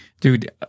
Dude